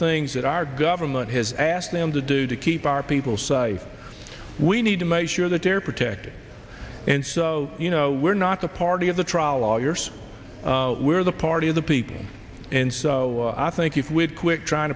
things that our government has asked them to do to keep our people say we need to make sure that they're protected and so you know we're not the party of the trial lawyers we're the party of the people and so i think if we had quit trying